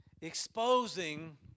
exposing